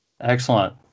Excellent